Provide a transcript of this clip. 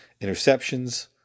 Interceptions